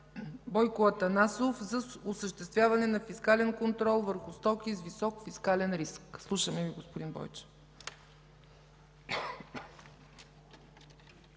Бойко Атанасов за осъществяване на фискален контрол върху стоки с висок фискален риск. Слушаме Ви, господин Бойчев.